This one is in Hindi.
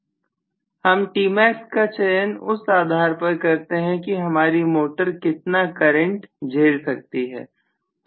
प्रोफेसर हम Tmax का चयन उस आधार पर करते हैं कि हमारी मोटर कितना करंट झेल सकती है